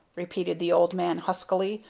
repeated the old man, huskily.